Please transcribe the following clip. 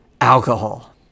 alcohol